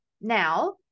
Now